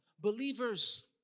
Believers